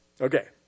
Okay